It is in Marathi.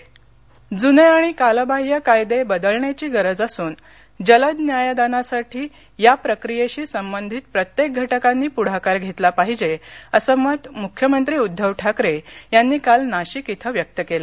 ठाकरे नाशिक जुने आणि कालबाह्य कायदे बदलण्याची गरज असून जलद न्यायदानासाठी या प्रकियेशी संबंधित प्रत्येक घटकांनी पूढाकार घेतला पाहिजे असं मत मुख्यमंत्री उद्दव ठाकरे यांनी काल नाशिक इथं व्यक्त केलं